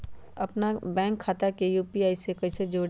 अपना बैंक खाता के यू.पी.आई से कईसे जोड़ी?